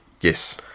Yes